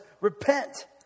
repent